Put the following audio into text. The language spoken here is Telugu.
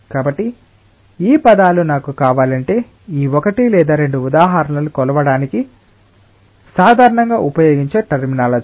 కాబట్టి ఈ పదాలు నాకు కావాలంటే ఈ ఒకటి లేదా రెండు ఉదాహరణలను కొలవడానికి సాధారణంగా ఉపయోగించే టర్మినాలజి